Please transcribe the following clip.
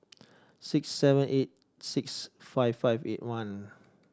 six seven eight six five five eight one